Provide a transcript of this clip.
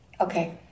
Okay